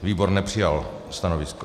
Výbor nepřijal stanovisko.